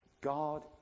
God